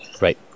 Right